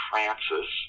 Francis